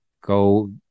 Go